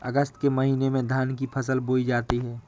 अगस्त के महीने में धान की फसल बोई जाती हैं